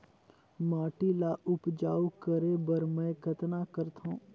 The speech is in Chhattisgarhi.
माटी ल उपजाऊ करे बर मै कतना करथव?